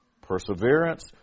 Perseverance